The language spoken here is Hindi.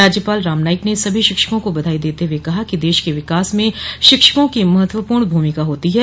राज्यपाल राम नाईक ने सभी शिक्षकों को बधाई देते हुए कहा कि देश के विकास में शिक्षकों की महत्वपूर्ण भूमिका होती है